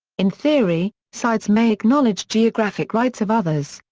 in theory, sides may acknowledge geographic rights of others,